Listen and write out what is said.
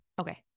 Okay